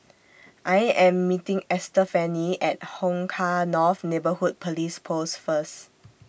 I Am meeting Estefany At Hong Kah North Neighbourhood Police Post First